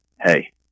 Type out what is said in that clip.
hey